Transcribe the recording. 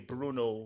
Bruno